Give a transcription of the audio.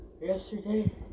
yesterday